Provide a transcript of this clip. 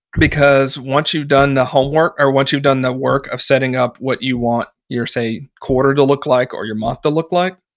because once you've done the homework or once you've done the work of setting up what you want your, say, quarter to look like or your month to look like,